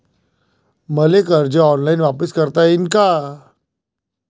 मले कर्ज ऑनलाईन वापिस करता येईन का?